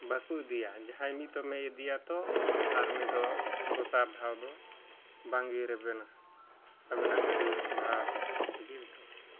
ᱵᱟᱠᱚ ᱤᱫᱤᱭᱟ ᱡᱟᱦᱟᱸ ᱢᱤᱫ ᱫᱚᱢᱮ ᱤᱫᱤᱭᱟ ᱛᱚ ᱟᱨ ᱩᱱᱤᱫᱚ ᱫᱚᱥᱟᱨ ᱫᱷᱟᱣᱫᱚ ᱵᱟᱝᱜᱮᱭ ᱨᱮᱵᱮᱱᱟ ᱟᱵᱮᱱᱟᱜ ᱜᱟᱹᱰᱤ ᱵᱷᱟᱲᱟ ᱞᱟᱹᱜᱤᱫᱛᱮᱫᱚ